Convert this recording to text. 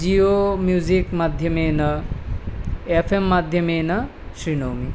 Jio music माध्यमेन FM माध्यमेन शृणोमि